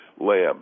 Lamb